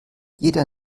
jeder